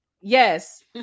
yes